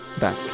back